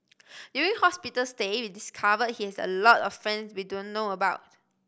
during hospital stay we discovered he has a lot of friends we don't know about